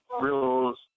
rules